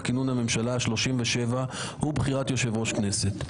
כינון הממשלה ה-37 ובחירת יושב-ראש הכנסת,